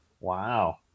Wow